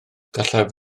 gallaf